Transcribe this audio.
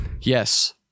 Yes